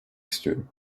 istiyorum